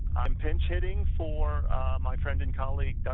i am pinch-hitting for my friend and colleague,